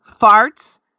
farts